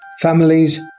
families